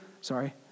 sorry